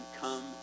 come